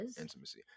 intimacy